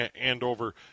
Andover